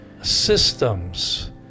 systems